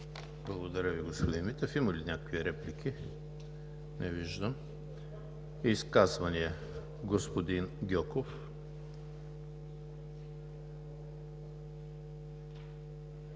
Благодаря Ви, господин Митев. Има ли реплики? Не виждам. Изказвания? Господин Гьоков.